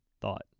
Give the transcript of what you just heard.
thought